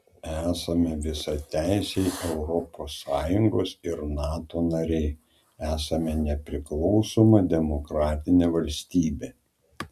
esame visateisiai europos sąjungos ir nato nariai esame nepriklausoma demokratinė valstybė